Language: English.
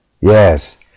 Yes